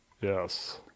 Yes